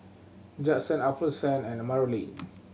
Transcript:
Judson Alphonsine and Marolyn